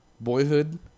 Boyhood